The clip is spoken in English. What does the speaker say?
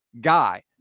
guy